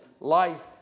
life